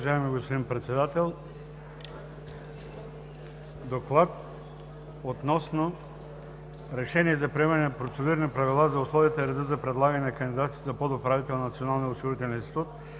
„ДОКЛАД относно решение за приемане на процедурни правила за условията и реда за предлагане на кандидати за подуправител на Националния осигурителен институт,